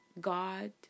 God